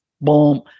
boom